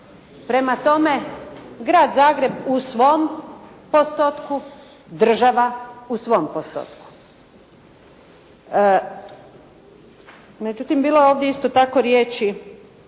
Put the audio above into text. Prema tome, Grad Zagreb u svom postotku, država u svom postotku. Međutim, bilo je ovdje isto tako riječi